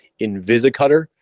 invisicutter